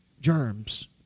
germs